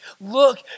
Look